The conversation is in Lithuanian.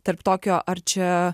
tarp tokio ar čia